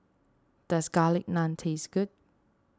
does Garlic Naan taste good